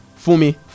fumi